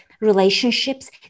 relationships